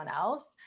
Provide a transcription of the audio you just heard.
else